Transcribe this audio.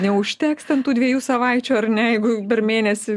neužteks ten tų dviejų savaičių ar ne jegu per mėnesį